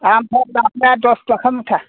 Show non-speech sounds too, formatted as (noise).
ओमफ्राय (unintelligible) दस थाखा मुथा